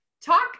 talk